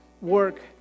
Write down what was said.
work